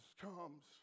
comes